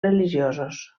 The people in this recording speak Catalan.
religiosos